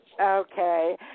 Okay